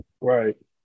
Right